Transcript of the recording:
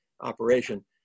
operation